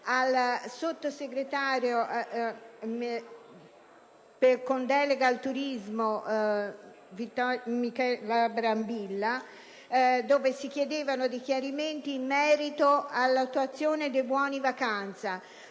al sottosegretario con delega al turismo Michela Brambilla, nel quale si chiedono chiarimenti in merito all'attuazione dei buoni vacanza.